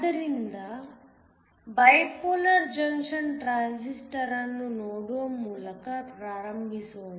ಆದ್ದರಿಂದ bipolar junction transistor ಅನ್ನು ನೋಡುವ ಮೂಲಕ ಪ್ರಾರಂಭಿಸೋಣ